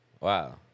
wow